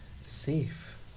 safe